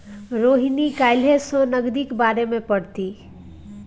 रोहिणी काल्हि सँ नगदीक बारेमे पढ़तीह